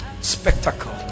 spectacle